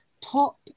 top